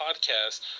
podcast